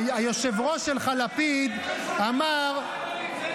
--- למה צריך לאבטח --- במיאמי ובטיול שלו בגואטמלה.